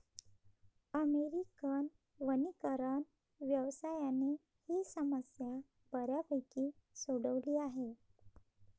American वनीकरण व्यवसायाने ही समस्या बऱ्यापैकी सोडवली आहे